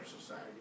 society